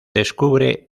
descubre